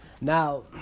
Now